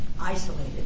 isolated